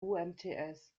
umts